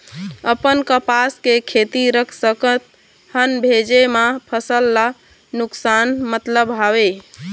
अपन कपास के खेती रख सकत हन भेजे मा फसल ला नुकसान मतलब हावे?